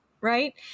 Right